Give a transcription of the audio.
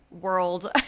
world